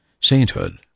sainthood